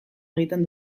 egiten